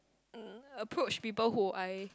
um approach people who I